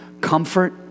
comfort